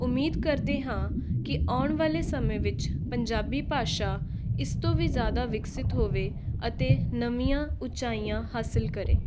ਉਮੀਦ ਕਰਦੇ ਹਾਂ ਕੀ ਆਉਣ ਵਾਲੇ ਸਮੇਂ ਵਿੱਚ ਪੰਜਾਬੀ ਭਾਸ਼ਾ ਇਸ ਤੋਂ ਵੀ ਜ਼ਿਆਦਾ ਵਿਕਸਿਤ ਹੋਵੇ ਅਤੇ ਨਵੀਆਂ ਉਚਾਈਆਂ ਹਾਸਲ ਕਰੇ